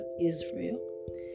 Israel